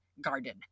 garden